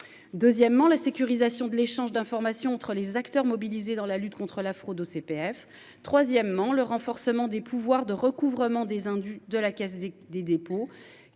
Deuxièmement, la sécurisation de l'échange d'informations entre les acteurs mobilisés dans la lutte contre la fraude au CPF, troisièmement le renforcement des pouvoirs de recouvrement des indus de la Caisse des des